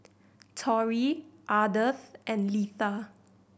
Torry Ardeth and Letha